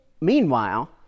Meanwhile